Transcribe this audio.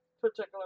particular